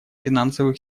финансовых